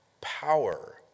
power